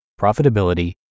profitability